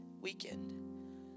weekend